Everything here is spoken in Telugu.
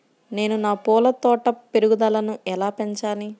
నేను నా పూల తోట పెరుగుదలను ఎలా పెంచాలి?